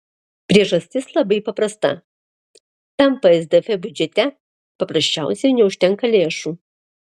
priežastis labai paprasta tam psdf biudžete paprasčiausiai neužtenka lėšų